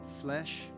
flesh